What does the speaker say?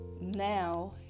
now